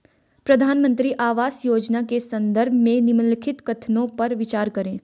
प्रधानमंत्री आवास योजना के संदर्भ में निम्नलिखित कथनों पर विचार करें?